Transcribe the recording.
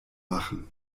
machen